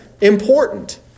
important